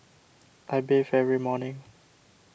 I bathe every morning